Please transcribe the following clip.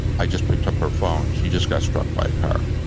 i just picked up her phone. she just got struck by a car.